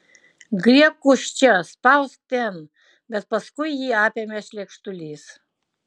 griebk už čia spausk ten bet paskui jį apėmė šleikštulys